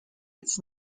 its